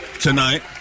tonight